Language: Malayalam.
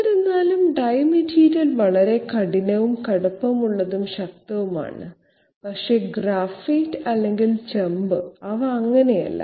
എന്നിരുന്നാലും ഡൈ മെറ്റീരിയൽ വളരെ കഠിനവും കടുപ്പമുള്ളതും ശക്തവുമാണ് പക്ഷേ ഗ്രാഫൈറ്റ് അല്ലെങ്കിൽ ചെമ്പ് അവ അങ്ങനെയല്ല